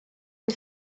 une